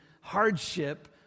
hardship